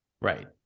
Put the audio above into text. right